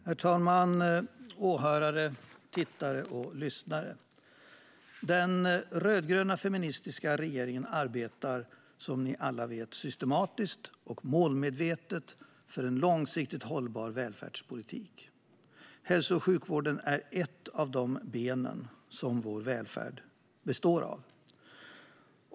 Herr talman, åhörare, tittare och lyssnare! Den rödgröna feministiska regeringen arbetar som ni alla vet systematiskt och målmedvetet för en långsiktigt hållbar välfärdspolitik. Hälso och sjukvården är ett av de ben som vår välfärd består av.